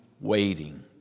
waiting